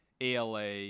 ALA